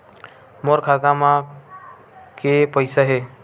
मोर खाता म के पईसा हे?